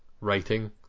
writing